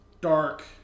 dark